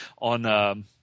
on –